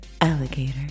alligator